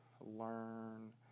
learn